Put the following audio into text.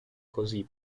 così